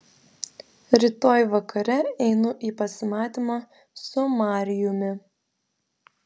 rytoj vakare einu į pasimatymą su marijumi